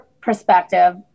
perspective